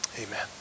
Amen